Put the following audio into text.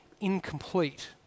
incomplete